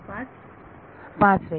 विद्यार्थी 5